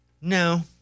no